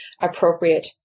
appropriate